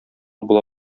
була